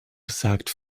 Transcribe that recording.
sagt